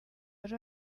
ari